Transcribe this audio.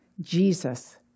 Jesus